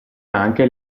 anche